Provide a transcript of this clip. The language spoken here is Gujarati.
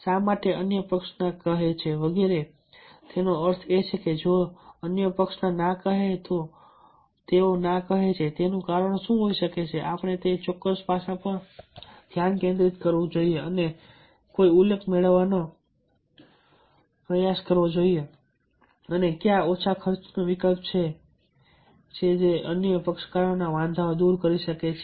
શા માટે અન્ય પક્ષ ના કહે છે વગેરે તેનો અર્થ એ છે જો અન્ય પક્ષ ના કહે તો તેઓ ના કહે છે તેનું કારણ શું હોઈ શકે અને આપણે તે ચોક્કસ પાસા પર ધ્યાન કેન્દ્રિત કરવું જોઈએ અને કોઈ ઉકેલ મેળવવાનો પ્રયાસ કરવો જોઈએ અને કયા ઓછા ખર્ચે નો વિકલ્પ છે છે અન્ય પક્ષકારોના વાંધાઓ દૂર કરી શકે છે